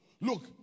Look